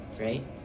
right